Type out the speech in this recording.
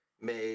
made